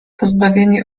pozbawieni